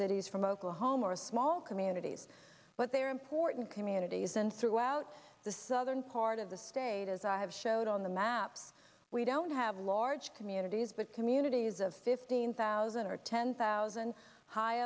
cities from oklahoma or a small communities but they are important communities and throughout the southern part of the state as i have showed on the map we don't have large communities but communities of fifteen thousand or ten thousand high